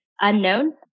unknown